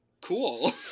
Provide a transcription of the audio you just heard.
cool